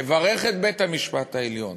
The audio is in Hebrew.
לברך את בית-המשפט העליון